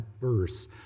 verse